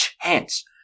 chance